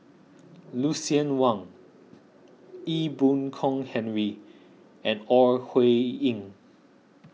Lucien Wang Ee Boon Kong Henry and Ore Huiying